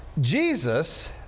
Jesus